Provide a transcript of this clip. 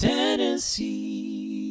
Tennessee